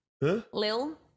Lil